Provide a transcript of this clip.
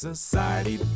Society